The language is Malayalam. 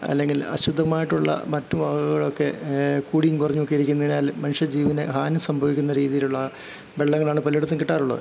അല്ലെങ്കിൽ അശുദ്ധമായിട്ടുള്ള മറ്റു വകകളൊക്കെ കൂടിയും കുറഞ്ഞും ഒക്കെ ഇരിക്കുന്നതിനാൽ മനുഷ്യ ജീവന് ഹാനി സംഭവിക്കുന്ന രീതിയിലുള്ള വെള്ളങ്ങളാണ് പലയിടത്തും കിട്ടാറുള്ളത്